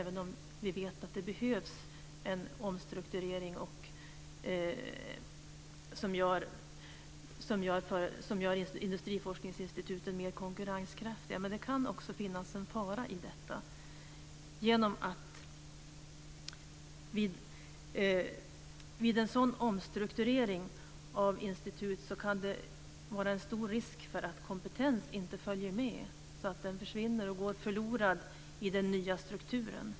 Vi vet ju att det behövs en omstrukturering som gör industriforskningsinstituten mer konkurrenskraftiga, men det kan också finnas en fara i detta. Vid en sådan omstrukturering av institut kan nämligen risken vara stor att kompetens inte följer med utan försvinner och går förlorad i den nya strukturen.